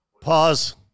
Pause